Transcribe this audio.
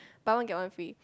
buy one get one free